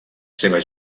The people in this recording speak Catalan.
seves